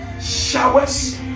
showers